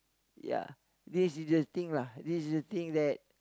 ya this is the thing lah this is the thing that